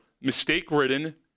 mistake-ridden